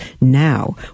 now